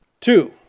Two